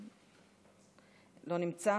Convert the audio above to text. לא נמצא.